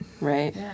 Right